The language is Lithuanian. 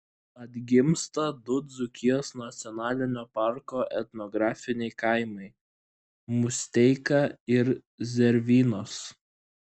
atgimsta du dzūkijos nacionalinio parko etnografiniai kaimai musteika ir zervynos